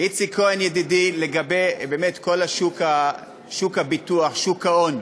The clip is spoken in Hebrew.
איציק כהן ידידי, לגבי כל שוק הביטוח, שוק ההון,